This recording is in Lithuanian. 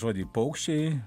žodį paukščiai